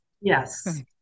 Yes